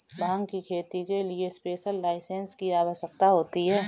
भांग की खेती के लिए स्पेशल लाइसेंस की आवश्यकता होती है